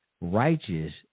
righteous